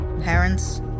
parents